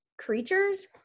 Creatures